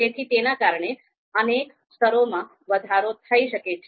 તેથી તેના કારણે અનેક સ્તરોમાં વધારો થઈ શકે છે